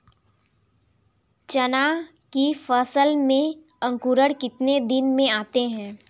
चना की फसल में अंकुरण कितने दिन में आते हैं?